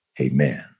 Amen